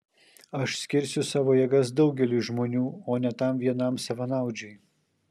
aš skirsiu savo jėgas daugeliui žmonių o ne tam vienam savanaudžiui